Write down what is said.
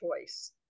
choice